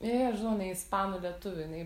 jo jo žinau jinai ispanų lietuvių jinai